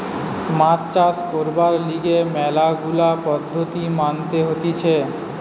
মাছ চাষ করবার লিগে ম্যালা গুলা পদ্ধতি মানতে হতিছে